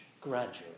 gradually